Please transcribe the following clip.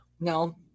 No